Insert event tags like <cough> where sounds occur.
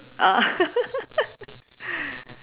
oh <laughs>